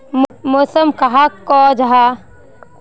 मौसम कहाक को जाहा?